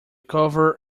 cover